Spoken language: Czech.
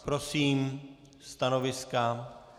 Prosím stanoviska.